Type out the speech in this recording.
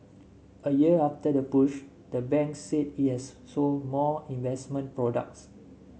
a year after the push the bank said it has sold more investment products